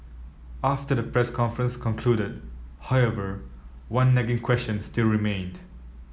after the press conference concluded however one nagging question still remained